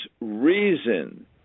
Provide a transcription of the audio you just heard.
reason